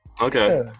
Okay